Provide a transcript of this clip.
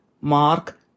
Mark